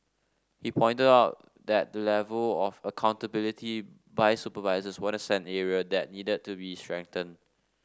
he pointed out that the level of accountability by supervisors what a send area that needed to be strengthened